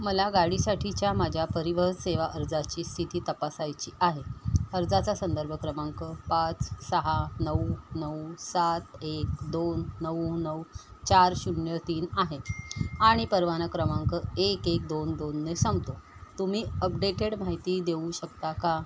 मला गाडीसाठीच्या माझ्या परिवहन सेवा अर्जाची स्थिती तपासायची आहे अर्जाचा संदर्भ क्रमांक पाच सहा नऊ नऊ सात एक दोन नऊ नऊ चार शून्य तीन आहे आणि परवाना क्रमांक एक एक दोन दोनने सांगतो तुम्ही अपडेटेड माहिती देऊ शकता का